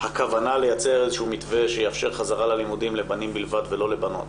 הכוונה לייצר איזה שהוא מתווה שיאפשר חזרה ללימודים לבנים בלבד ולא לבנות,